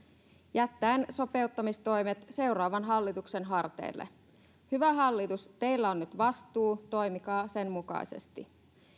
jättäen sopeuttamistoimet seuraavan hallituksen harteille hyvä hallitus teillä on nyt vastuu toimikaa sen mukaisesti